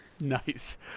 nice